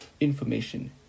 information